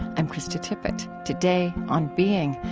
i'm krista tippett. today, on being,